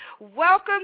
Welcome